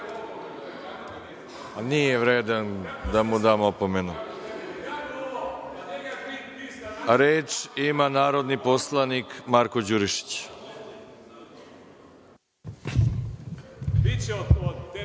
vredan da mu dam opomenu. Reč ima narodni poslanik Marko Đurišić.(Narodni